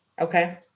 okay